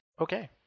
Okay